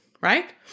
right